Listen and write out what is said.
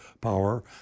power